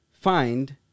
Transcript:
find